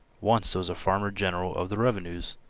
once there was a farmer-general of the revenues.